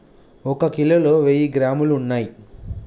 ఒక కిలోలో వెయ్యి గ్రాములు ఉన్నయ్